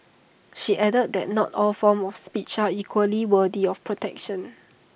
she added that not all forms of speech are equally worthy of protection